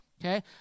okay